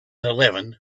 eleven